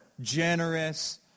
generous